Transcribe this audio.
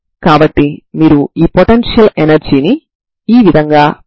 నాకు Am లు ఎంతో తెలుసు